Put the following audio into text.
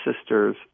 sisters